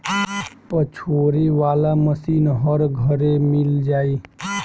पछोरे वाला मशीन हर घरे मिल जाई